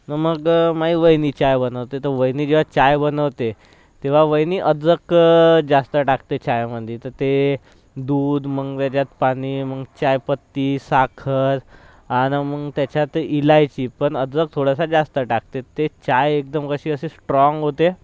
मग माझी वहिनी चाय बनवते तर वहिनी जेव्हा चाय बनवते तेव्हा वहिनी अद्रक जास्त टाकते चायमध्ये तर ते दूध मग त्याच्यात पाणी मग चायपत्ती साखर अन् मग त्याच्यात इलायची पण अद्रक थोडासा जास्त टाकते ते चाय एकदम कशी अशी स्ट्राँग होते